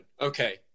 Okay